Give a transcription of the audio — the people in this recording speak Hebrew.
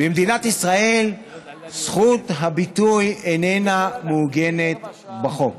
במדינת ישראל זכות הביטוי איננה מעוגנת בחוק.